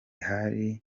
hari